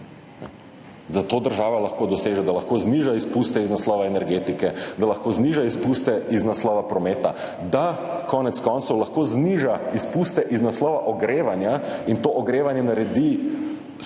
Da to država lahko doseže, da lahko zniža izpuste iz naslova energetike, da lahko zniža izpuste iz naslova prometa, da lahko, konec koncev, zniža izpuste iz naslova ogrevanja in to ogrevanje naredi strukturno